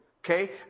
Okay